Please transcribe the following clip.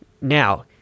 Now